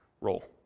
role